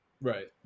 Right